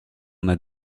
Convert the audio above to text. una